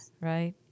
right